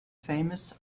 famous